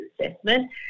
assessment